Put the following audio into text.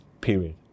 Period